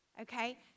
Okay